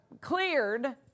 cleared